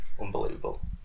unbelievable